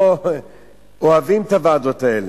כן, הלוא פה אוהבים את הוועדות האלה,